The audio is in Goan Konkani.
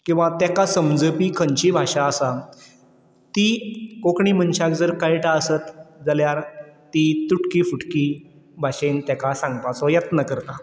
किंवां ताका समजपी खंयची भाशा आसा ती कोंकणी मनशाक जर कळटा आसत जाल्यार ती तुटकी फुटकी भाशेन ताका सांगपाचो यत्न करता